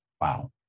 Wow